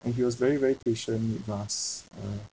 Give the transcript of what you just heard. and he was very very patient with us uh